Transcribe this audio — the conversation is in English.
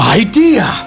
idea